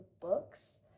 books